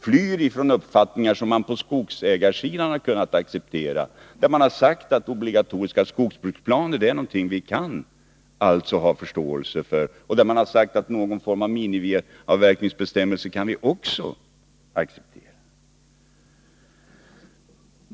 Skogsägarna har i detta sammanhang sagt att man kan ha förståelse för obligatoriska skogsbruksplaner liksom även att man kan acceptera någon form av minimiavverkningsbestämmelser.